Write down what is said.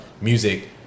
music